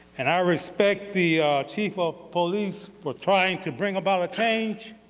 and i respect the chief of police for trying to bring about a change,